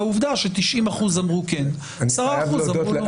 העובדה ש-90% אמרו כן, 10% אמרו לא.